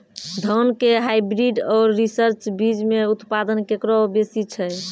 धान के हाईब्रीड और रिसर्च बीज मे उत्पादन केकरो बेसी छै?